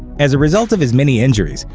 as a result of his many injuries,